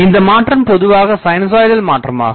இந்தமாற்றம் பொதுவாகச் சைனசாயிடல் மாற்றமாகும்